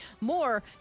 More